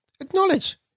Acknowledge